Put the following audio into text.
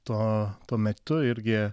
to tuo metu irgi